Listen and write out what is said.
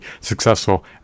successful